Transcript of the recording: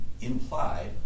implied